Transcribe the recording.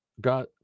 got